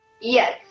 Yes